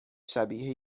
شبیه